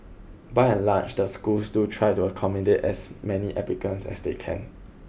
by and large the schools do try to accommodate as many applicants as they can